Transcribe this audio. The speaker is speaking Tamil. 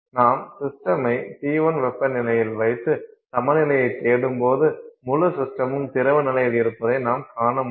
நாம் சிஸ்டமை T1 வெப்பநிலை வைத்து சமநிலையைத் தேடும்போது முழு சிஸ்டமும் திரவ நிலையில் இருப்பதை நாம் காண முடியும்